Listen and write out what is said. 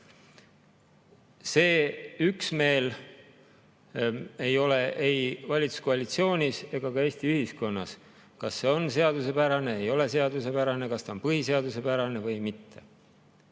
Seda üksmeelt ei ole ei valitsuskoalitsioonis ega ka Eesti ühiskonnas, kas see on seaduspärane, ei ole seaduspärane, kas see on põhiseaduspärane või mitte.